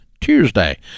Tuesday